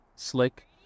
slick